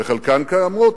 וחלקן קיימות